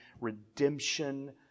redemption